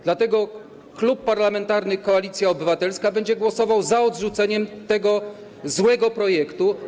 Dlatego Klub Parlamentarny Koalicja Obywatelska będzie głosował za odrzuceniem tego złego projektu.